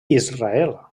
israel